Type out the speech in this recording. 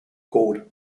called